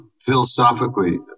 philosophically